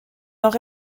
nord